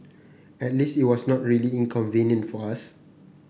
at least it was not really inconvenient for us